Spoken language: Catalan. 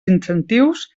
incentius